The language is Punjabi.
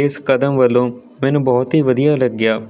ਇਸ ਕਦਮ ਵੱਲੋਂ ਮੈਨੂੰ ਬਹੁਤ ਹੀ ਵਧੀਆ ਲੱਗਿਆ